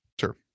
Sure